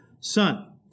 son